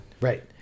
right